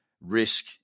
risk